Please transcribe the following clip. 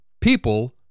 People